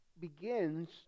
begins